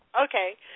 Okay